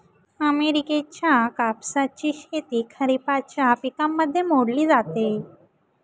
अमेरिकेच्या कापसाची शेती खरिपाच्या पिकांमध्ये मोडली जाते